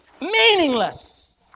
Meaningless